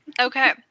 Okay